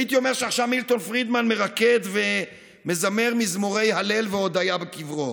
הייתי אומר שעכשיו מילטון פרידמן מרקד ומזמר מזמורי הלל והודיה בקברו.